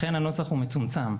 לכן הנוסח הוא מצומצם.